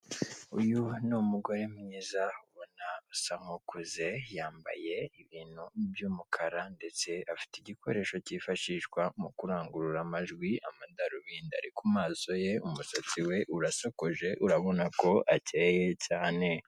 Uyu ni umugore mwiza ubona usa nk'ukuze yamabaye ibintu by'umukara ndetse afite igikoresho kifashishwa mu kurangurura amajwi, amadarobindi ari ku maso ye umusatsi we urasokoje urabona ko akeye cyane.